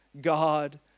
God